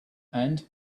and